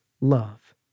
love